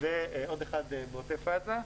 ועוד אחד בעוטף עזה,